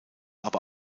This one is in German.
aber